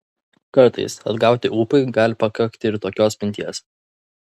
kartais atgauti ūpui gali pakakti ir tokios minties